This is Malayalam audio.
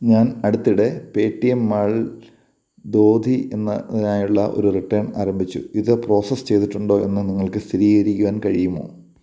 ഞാൻ അടുത്തിടെ പേടിഎം മാൾ ധോതി എന്നതിനായുള്ള ഒരു റിട്ടേൺ ആരംഭിച്ചു ഇത് പ്രോസസ്സ് ചെയ്തിട്ടുണ്ടോ എന്ന് നിങ്ങൾക്ക് സ്ഥിതീകരിക്കുവാൻ കഴിയുമോ